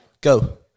Go